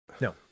No